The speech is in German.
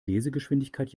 lesegeschwindigkeit